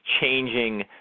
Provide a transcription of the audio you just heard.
changing